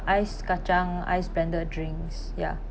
ice kacang ice blended drinks ya